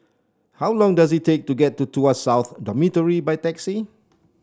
how long does it take to get to Tuas South Dormitory by taxi